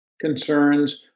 concerns